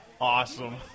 awesome